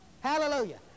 hallelujah